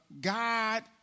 God